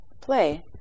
play